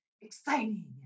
exciting